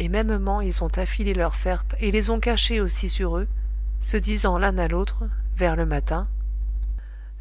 et mêmement ils ont affilé leurs serpes et les ont cachées aussi sur eux se disant l'un à l'autre vers le matin